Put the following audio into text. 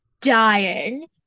dying